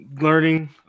learning